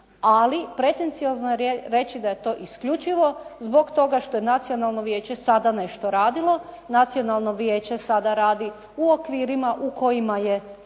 ali pretenciozno je reći da je to isključivo zbog toga što je Nacionalno vijeće sada nešto radilo. Nacionalno vijeće sada radi u okvirima u kojima je